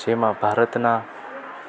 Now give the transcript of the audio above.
જેમાં ભારતના